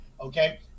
Okay